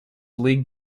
league